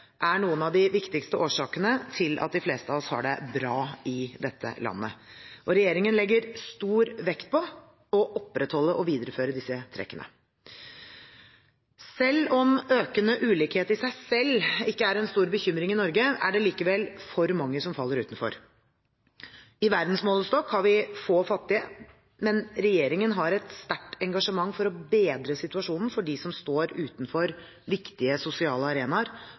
er noen av de viktigste årsakene til at de fleste av oss har det bra i dette landet. Regjeringen legger stor vekt på å opprettholde og videreføre disse trekkene. Selv om økende ulikhet i seg selv ikke er en stor bekymring i Norge, er det likevel for mange som faller utenfor. I verdensmålestokk har vi få fattige, men regjeringen har et sterkt engasjement for å bedre situasjonen for dem som står utenfor viktige sosiale arenaer